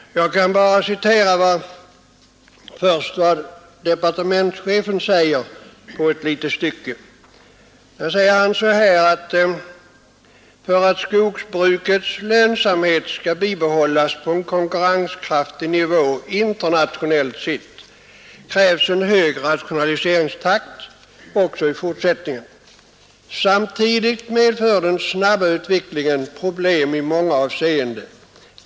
Jag vill först citera ett litet stycke av vad departementschefen uttalar: ”För att skogsbrukets lönsamhet skall bibehållas på en konkurrenskraftig nivå internationellt sett krävs en hög rationaliseringstakt också i fortsättningen. Samtidigt medför den snabba utvecklingen problem i många avseenden.